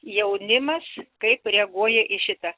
jaunimas kaip reaguoja į šitą